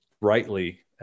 rightly